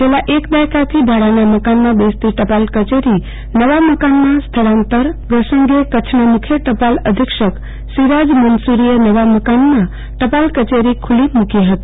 છેલ્લા એક દાયકાથી ભાડાના મકાનમાં બેસતી ટપાલ કચેરી નવા મકાનમાં સ્થળાંતર પ્રસંગે કચ્છના મુખ્ય ટપાલ અધિક્ષક સિરાજ મનસુરીયે નવા મકાનમાં ટપાલ કચેરી ખુલ્લી મુકી ફતી